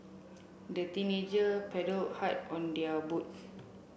the teenager paddled hard on their boat